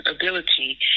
ability